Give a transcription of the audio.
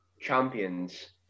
champions